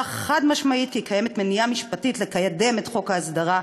חד-משמעית כי קיימת מניעה משפטית לקדם את חוק ההסדרה,